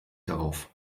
darauf